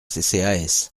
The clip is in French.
ccas